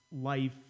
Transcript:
life